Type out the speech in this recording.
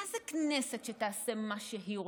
מה זה כנסת שתעשה מה שהיא רוצה?